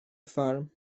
ffarm